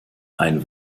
ein